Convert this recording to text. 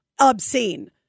obscene